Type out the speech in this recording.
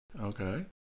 Okay